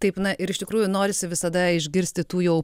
taip na ir iš tikrųjų norisi visada išgirsti tų jau